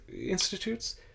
institutes